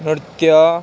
ନୃତ୍ୟ